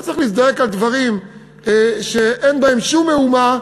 לא צריך להזדעק על דברים שאין בהם שום מאומה.